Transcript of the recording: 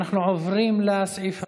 אנחנו עוברים לסעיף הבא,